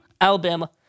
Alabama